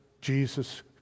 Jesus